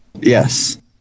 Yes